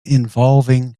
involving